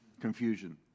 Confusion